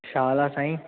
छा हालु आहे साईं